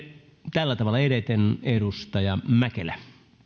tällä tavalla edeten edustaja mäkelä